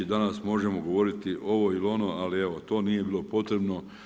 I danas možemo govoriti ovo ili ono ali evo to nije bilo potrebno.